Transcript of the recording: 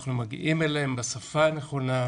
אנחנו מגיעים אליהם בשפה הנכונה.